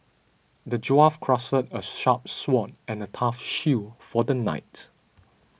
the dwarf crafted a sharp sword and a tough shield for the knight